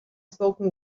spoken